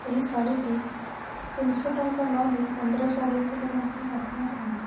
ଏହି ଶାଢ଼ୀଟି ତିନିଶହ ଟଙ୍କା ନହୋଇ ପନ୍ଦରଶହ ହେଇଥିଲେ ମଧ୍ୟ ବାଧି ନଥାନ୍ତା